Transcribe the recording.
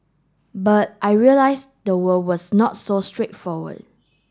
but I realised the world was not so straightforward